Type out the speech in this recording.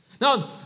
Now